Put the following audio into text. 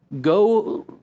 go